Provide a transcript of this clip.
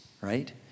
right